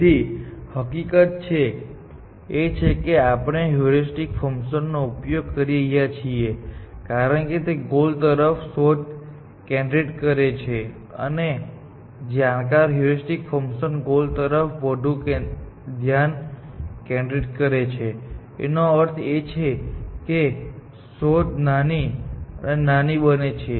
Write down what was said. તેથી હકીકત એ છે કે આપણે હ્યુરિસ્ટિક ફંકશન નો ઉપયોગ કરી રહ્યા છીએ કારણ કે તે ગોલ તરફ શોધ કેન્દ્રિત કરે છે અને જાણકાર હ્યુરિસ્ટિક ફંકશન ગોલ તરફ વધુ ધ્યાન કેન્દ્રિત કરે છે જેનો અર્થ એ છે કે શોધ નાની અને નાની બને છે